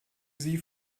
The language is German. sie